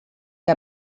que